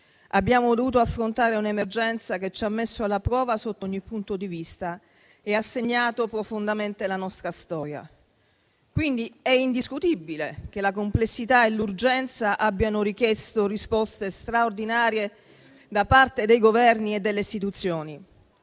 Abbiamo dovuto affrontare un'emergenza che ci ha messo alla prova sotto ogni punto di vista e ha segnato profondamente la nostra storia; è quindi indiscutibile che la complessità e l'urgenza abbiano richiesto risposte straordinarie da parte dei Governi e delle istituzioni;